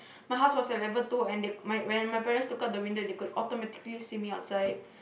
my house was at level two and the when my parents took out the window they could automatically see me outside